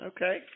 Okay